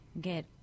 get